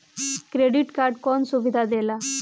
Credit card कौन सुबिधा देला?